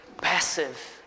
passive